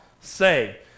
Say